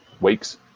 weeks